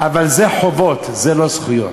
אבל זה חובות, זה לא זכויות.